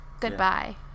Goodbye